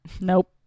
Nope